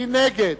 מי נגד?